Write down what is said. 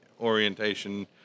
orientation